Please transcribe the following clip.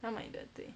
她买的对